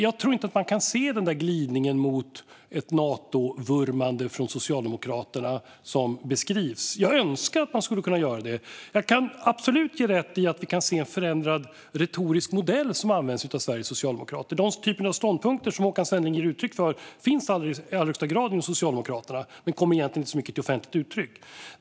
Jag tror inte att man kan se den där glidningen mot ett Natovurmande från Socialdemokraterna som beskrivs. Jag önskar att man kunde se det, och jag kan absolut ge Håkan Svenneling rätt i att man kan se en förändrad retorisk modell som används av Sveriges socialdemokrater. Den typ av ståndpunkt som Håkan Svenneling ger uttryck för finns i allra högsta grad inom Socialdemokraterna men kommer egentligen inte så mycket till offentligt uttryck.